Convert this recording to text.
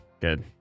good